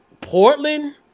Portland